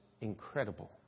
incredible